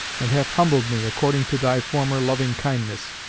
and hath humbled me, according to thy former loving-kindness,